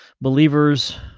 believers